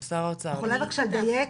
את יכולה בבקשה לדייק?